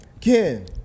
ken